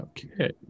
Okay